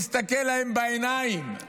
מסתכל להם בעיניים.